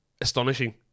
Astonishing